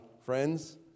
friends